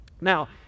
Now